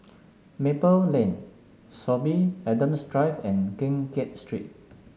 Maple Lane Sorby Adams Drive and Keng Kiat Street